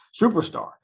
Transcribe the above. superstar